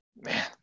Man